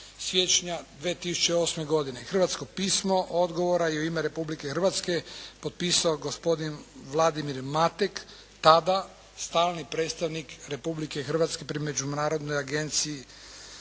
Hrvatsko pismo, odgovor je u ime Republike Hrvatske potpisao gospodin Vladimir Matek tada stalni predstavnik Republike Hrvatske pri Međunarodnoj agenciji za atomsku